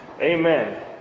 Amen